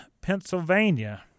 Pennsylvania